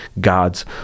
god's